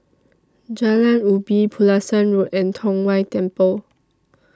Jalan Ubi Pulasan Road and Tong Whye Temple